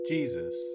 Jesus